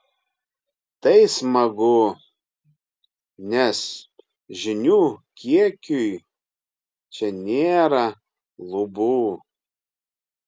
tai smagu nes žinių kiekiui čia nėra lubų